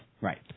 Right